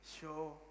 Show